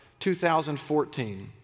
2014